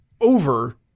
Over